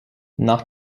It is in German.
nach